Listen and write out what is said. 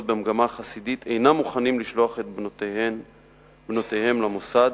במגמה החסידית אינם מוכנים לשלוח את בנותיהם למוסד.